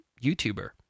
YouTuber